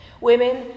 Women